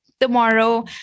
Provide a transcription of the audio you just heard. tomorrow